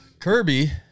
Kirby